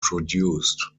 produced